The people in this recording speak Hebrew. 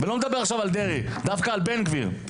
ואני לא מדבר עכשיו על דרעי אלא דווקא על בן גביר.